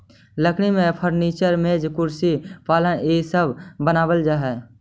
लकड़ी के फर्नीचर, मेज, कुर्सी, पलंग इ सब बनावल जा हई